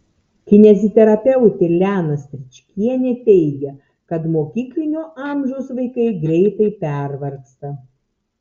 kineziterapeutė liana stričkienė teigia kad mokyklinio amžiaus vaikai greitai pervargsta